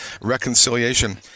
reconciliation